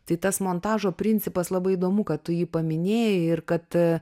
tai tas montažo principas labai įdomu kad tu jį paminėjai ir kad